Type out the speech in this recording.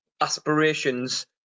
aspirations